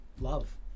love